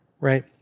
Right